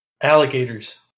alligators